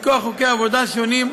מכוח חוקי עבודה שונים,